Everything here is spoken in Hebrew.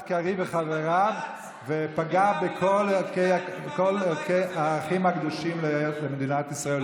קריב וחבריו ופגע בכל הערכים הקדושים למדינת ישראל,